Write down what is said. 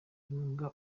imbwa